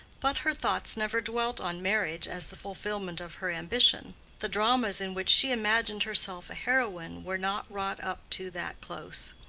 but her thoughts never dwelt on marriage as the fulfillment of her ambition the dramas in which she imagined herself a heroine were not wrought up to that close.